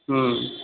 ହୁଁ